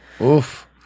Oof